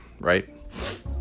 Right